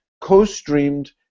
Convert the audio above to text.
co-streamed